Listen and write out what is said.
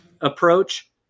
approach